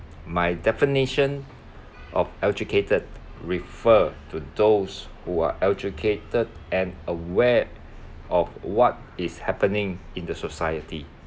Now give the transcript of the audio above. my definition of educated refer to those who are educated and aware of what is happening in the society